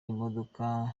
imodoka